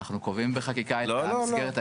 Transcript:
אנחנו קובעים בחקיקה את המסגרת העקרונית.